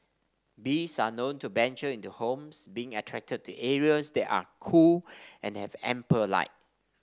bees are known to venture into homes being attracted to areas that are cool and have ample light